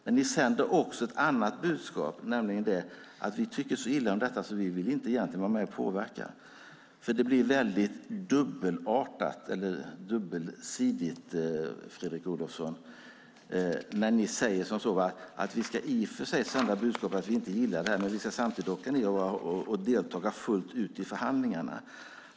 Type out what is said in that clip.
Men ni sänder också ett annat budskap, nämligen det att ni tycker så illa om detta att ni egentligen inte vill vara med och påverka. Det blir väldigt dubbeltydigt, Fredrik Olovsson, när ni säger att ni i och för sig ska sända budskapet att ni inte gillar detta men samtidigt åka ned och delta fullt ut i förhandlingarna.